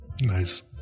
Nice